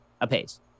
apace